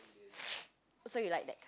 so you like that